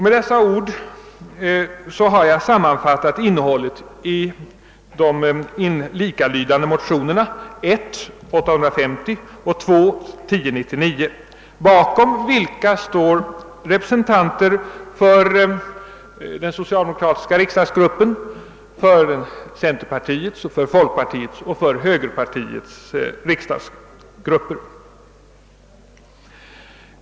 Med dessa ord har jag sammanfattat innehållet i de likalydande motionerna 1: 850 och II: 1099, bakom vilka står representanter för den socialdemokratiska riksdagsgruppen samt för centerpartiets, folkpartiets och högerpartiets riksdagsgrupper.